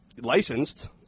licensed –